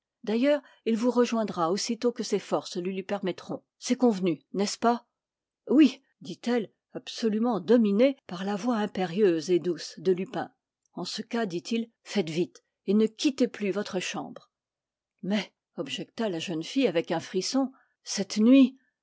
d'ailleurs il vous rejoindra aussitôt que ses forces le lui permettront c'est convenu n'est-ce pas oui dit-elle absolument dominée par la voix impérieuse et douce de lupin en ce cas dit-il faites vite et ne quittez plus votre chambre mais objecta la jeune fille avec un frisson cette nuit